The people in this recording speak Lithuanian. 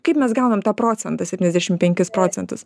kaip mes gaunam tą procentą septyniasdešim penkis procentus